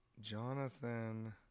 Jonathan